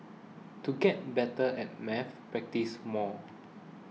to get better at maths practise more